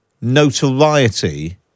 notoriety